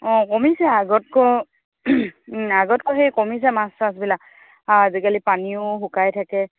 অঁ কমিছে আগতকৈ আগতকৈ সেই কমিছে মাছ চাছবিলাক আজিকালি পানীও শুকাই থাকে